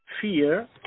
fear